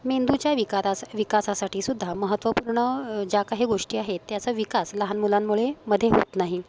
मेंदूच्या विकारास विकासासाठी सुद्धा महत्त्वपूर्ण ज्या काही गोष्टी आहेत त्याचा विकास लहान मुलांमुळे मध्ये होत नाही